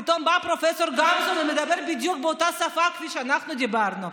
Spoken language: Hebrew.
פתאום בא פרופ' גמזו ומדבר בדיוק באותה שפה כפי שאנחנו דיברנו.